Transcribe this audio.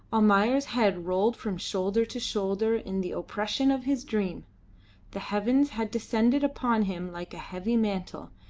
almayer's head rolled from shoulder to shoulder in the oppression of his dream the heavens had descended upon him like a heavy mantle,